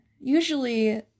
Usually